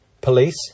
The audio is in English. Police